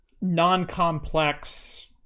non-complex